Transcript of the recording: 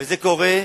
וזה קורה,